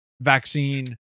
vaccine